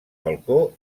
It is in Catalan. balcó